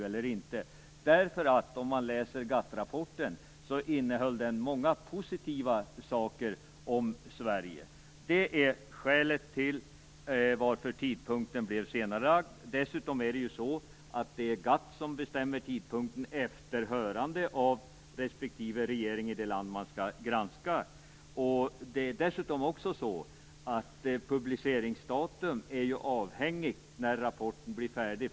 Läser man GATT-rapporten innehöll den nämligen många positiva saker om Sverige. Det är skälet till att tidpunkten blev senarelagd. Dessutom är det GATT som bestämmer tidpunkten efter hörande av respektive regering i det land man skall granska. Publiceringsdatumet är dessutom avhängigt av när rapporten blir färdig.